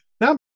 now